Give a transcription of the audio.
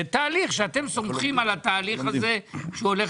זה תהליך שאתם סומכים על התהליך הזה שהוא הולך